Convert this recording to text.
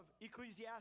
Ecclesiastes